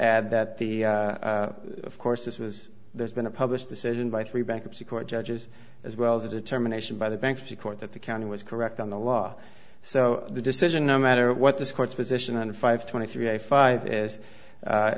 add that the of course this was there's been a published decision by three bankruptcy court judges as well as a determination by the bankruptcy court that the county was correct on the law so the decision no matter what the courts position on five twenty three a five as